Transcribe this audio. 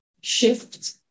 shift